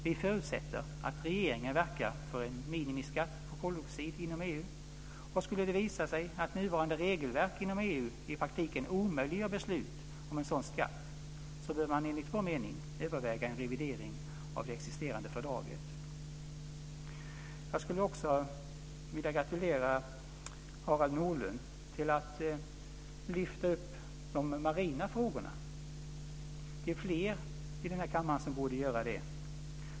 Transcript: Vi förutsätter att regeringen verkar för en minimiskatt på koldioxid inom EU. Skulle det visa sig att nuvarande regelverk inom EU i praktiken omöjliggör beslut om en sådan skatt bör man enligt vår mening överväga en revidering av det existerande fördraget. Jag skulle vilja gratulera Harald Nordlund till att lyfta upp de marina frågorna. Det är fler i denna kammare som borde göra det.